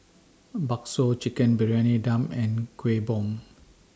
Bakso Chicken Briyani Dum and Kuih Bom